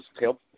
help